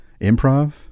improv